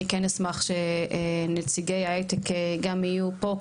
אני כן אשמח שנציגי ההיי-טק גם יהיו פה,